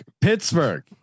Pittsburgh